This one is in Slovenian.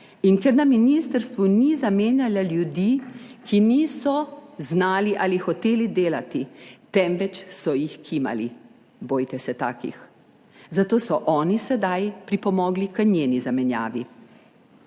In ker na ministrstvu ni zamenjala ljudi, ki niso znali ali hoteli delati, temveč so jih kimali, bojte se takih. Zato so oni sedaj pripomogli k njeni zamenjavi.